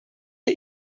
der